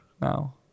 now